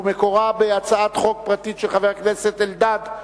ומקורה בהצעת חוק פרטית של חבר הכנסת אלדד,